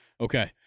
Okay